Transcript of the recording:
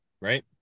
right